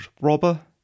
Robber